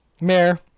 Mayor